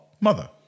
Mother